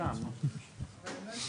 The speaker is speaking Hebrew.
סתם נו.